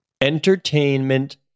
Entertainment